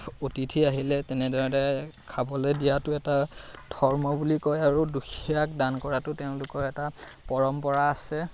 অতিথি আহিলে তেনেদৰে খাবলৈ দিয়াতো এটা ধৰ্ম বুলি কয় আৰু দুখীয়াক দান কৰাতো তেওঁলোকৰ এটা পৰম্পৰা আছে